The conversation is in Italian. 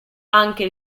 anche